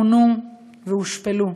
עונו והושפלו.